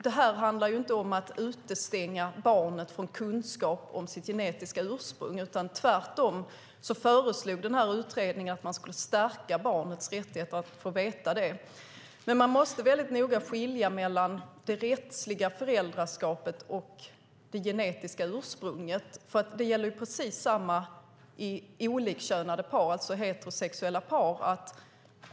Det handlar inte om att utestänga barnet från kunskap om sitt genetiska ursprung, utan tvärtom föreslog utredningen att barnets rättighet att få veta det skulle stärkas. Man måste noga skilja på det rättsliga föräldraskapet och det genetiska ursprunget. Detsamma gäller för olikkönade, alltså heterosexuella, par.